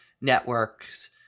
networks